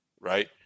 Right